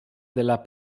della